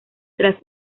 tras